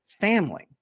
family